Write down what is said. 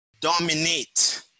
dominate